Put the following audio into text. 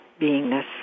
beingness